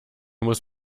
muss